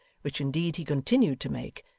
which indeed he continued to make,